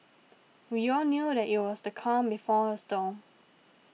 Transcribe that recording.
we all knew that it was the calm before the storm